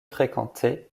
fréquenté